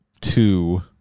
two